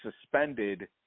suspended